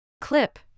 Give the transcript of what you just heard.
Clip